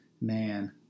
man